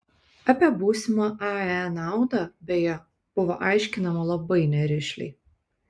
apie būsimą ae naudą beje buvo aiškinama labai nerišliai